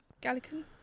Gallican